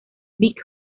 big